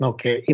Okay